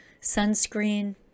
sunscreen